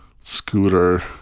scooter